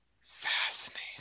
Fascinating